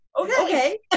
Okay